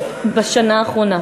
בשנה האחרונה.